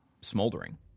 smoldering